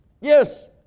Yes